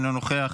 אינו נוכח,